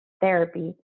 Therapy